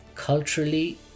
Culturally